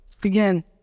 Begin